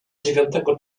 dziewiątego